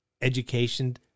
education